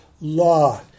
law